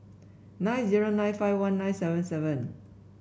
nine zero nine five one nine seven seven